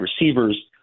receivers